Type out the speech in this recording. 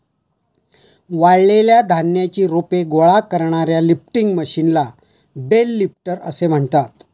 वाळलेल्या धान्याची रोपे गोळा करणाऱ्या लिफ्टिंग मशीनला बेल लिफ्टर असे म्हणतात